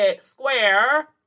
Square